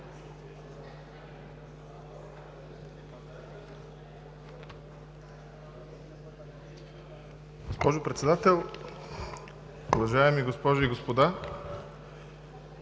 Госпожо Председател, уважаеми госпожи и господа!